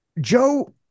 Joe